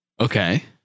okay